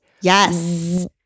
yes